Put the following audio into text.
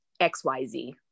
xyz